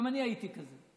גם אני הייתי כזה.